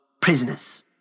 prisoners